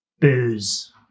booze